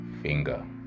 finger